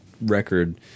record